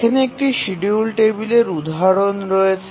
এখানে একটি শিডিয়ুল টেবিলের উদাহরণ রয়েছে